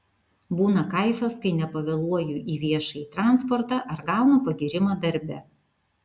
būna kaifas kai nepavėluoju į viešąjį transportą ar gaunu pagyrimą darbe